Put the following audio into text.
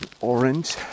orange